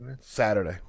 saturday